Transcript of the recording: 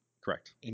Correct